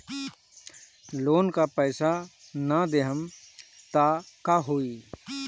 Loan का पैस न देहम त का होई?